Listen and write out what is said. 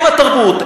הם התרבות.